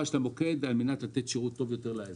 אנחנו מפעילים שם הרחבה של המוקד על מנת לתת שירות יותר טוב לאזרח.